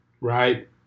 right